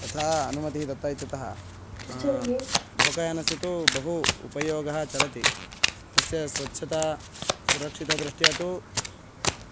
तथा अनुमतिः दत्ता इत्यतः लोकयानस्य तु बहु उपयोगः चलति तस्य स्वच्छता सुरक्षितदृष्ट्या तु